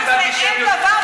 אני תמיד בעד אנשי,